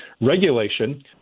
regulation